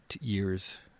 Years